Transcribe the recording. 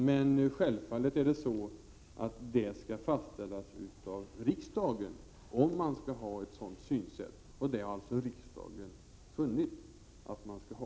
Men självfallet är det så att riksdagen skall fastställa om man skall ha detta synsätt, och det har alltså riksdagen funnit att man skall ha.